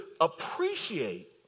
appreciate